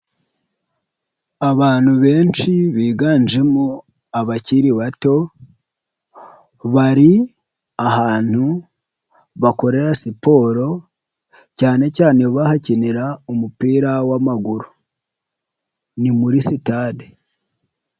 Abantu benshi biganjemo abakiri bato bari ahantu bakorera siporo cyane cyane bahakinira umupira w'amaguru, ni muri sitade.